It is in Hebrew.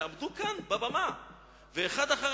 שעמדו כאן חברי הכנסת מעל הבמה ואחד אחר